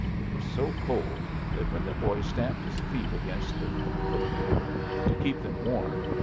it was so cold that when the boy stamped his feet against the footboard to keep them warm,